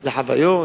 זה חוויות.